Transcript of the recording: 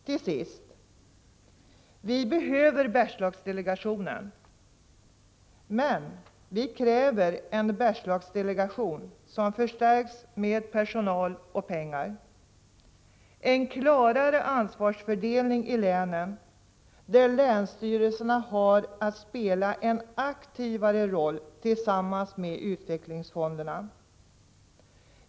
Till sist: Vi behöver Bergslagsdelegationen, men vi kräver en Bergslagsdelegation som förstärks med personal och pengar. Vi behöver också en klarare ansvarsfördelning i länen, där länsstyrelserna har att spela en aktivare roll tillsammans med utvecklingsfonderna.